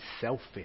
selfish